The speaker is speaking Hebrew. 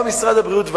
בצדק, ואמר: